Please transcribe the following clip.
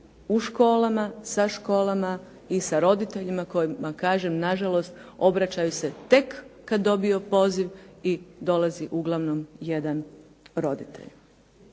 u školama, sa školama i sa roditeljima koji, kažem, na žalost obraćaju se tek kad dobiju poziv i dolazi uglavnom jedan roditelj.